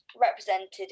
represented